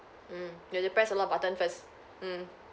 mm you have to press a lot of button first